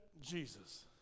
Jesus